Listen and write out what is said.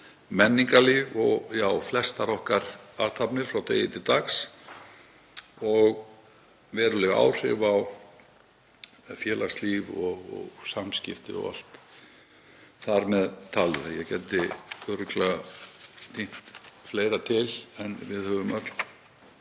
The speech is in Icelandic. menningarlíf og flestar okkar athafnir frá degi til dags og veruleg áhrif á félagslíf og samskipti og allt þar með talið. Ég gæti örugglega tínt fleira til, en við höfum öll